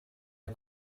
are